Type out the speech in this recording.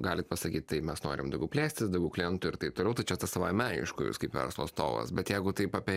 galit pasakyt tai mes norim daugiau plėstis daugiau klientų ir taip toliau tai čia savaime aišku jūs kaip verslo atstovas bet jeigu taip apie